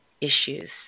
Issues